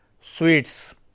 sweets